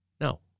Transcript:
No